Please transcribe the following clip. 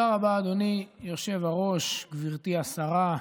אדוני היושב-ראש, גברתי השרה,